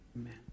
Amen